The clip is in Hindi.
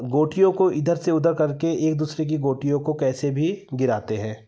गोटियों को इधर से उधर करके एक दूसरे की गोटियों को कैसे भी गिराते हैं